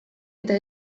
eta